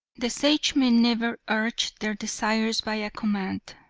the sagemen never urged their desires by a command,